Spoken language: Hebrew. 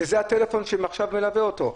וזה הטלפון שעכשיו מלווה אותו.